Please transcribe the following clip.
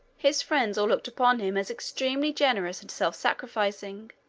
his friends all looked upon him as extremely generous and self-sacrificing.